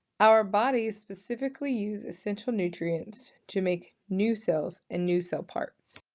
our bodies specifically use essential nutrients to make new cells and new cell parts.